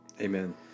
Amen